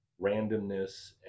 randomness